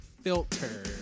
filter